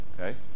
Okay